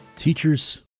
Teachers